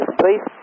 please